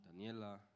Daniela